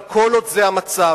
אבל כל עוד זה המצב,